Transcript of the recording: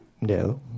No